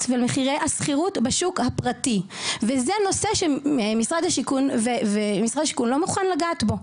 ומחירי השכירות בשוק הפרטי וזה נושא שמשרד השיכון לא מוכן לגעת בו.